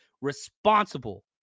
responsible